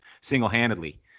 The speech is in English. single-handedly